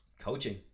coaching